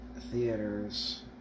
theaters